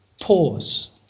pause